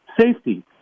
safety